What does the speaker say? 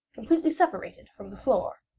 completely separated from the floor.